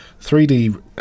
3D